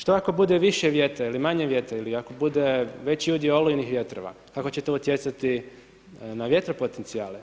Što ako bude više vjetra ili manje vjetra ili ako bude veći udio olujnih vjetrova, kako će to utjecati na vjetro potencijale?